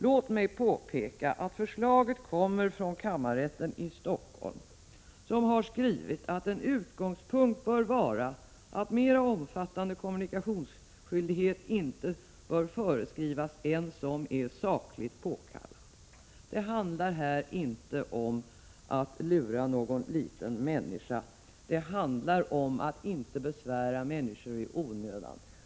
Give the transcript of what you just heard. Låt mig påpeka att förslaget kommer från kammarrätten i Stockholm, som har skrivit att en utgångspunkt bör vara att mer omfattande kommunikationsskyldighet inte bör föreskrivas än som är sakligt påkallad. Det handlar här inte om att lura någon liten människa, det handlar om att inte besvära människor i onödan.